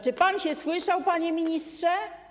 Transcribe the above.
Czy pan się słyszał, panie ministrze?